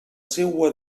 seua